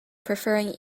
preferring